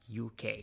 UK